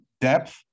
depth